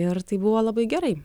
ir tai buvo labai gerai